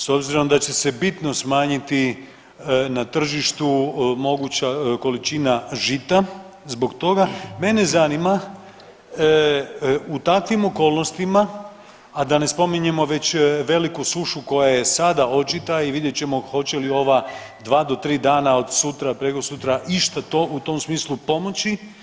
S obzirom da će se bitno smanjiti na tržištu moguća količina žita zbog toga mene zanima u takvim okolnostima, a da ne spominjemo već veliku sušu koja se sada očita i vidjet ćemo hoće li ova 2-3 dana od sutra, prekosutra išta to u tom smislu pomoći.